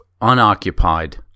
unoccupied